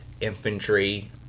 infantry